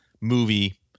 movie